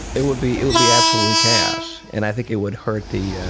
it would be it would be absolutely chaos and i think it would hurt the, yeah